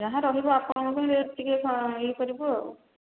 ଯାହା ରହିବ ଆପଣଙ୍କ ପାଇଁ ରେଟ୍ ଟିକେ ଇୟେ କରିବୁ ଆଉ